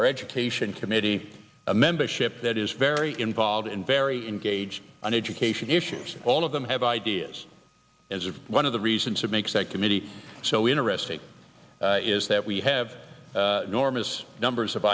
our education committee a membership that is very involved in very in gage on education issues all of them have ideas as if one of the reasons that makes that committee so interesting is that we have enormous numbers of